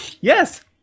Yes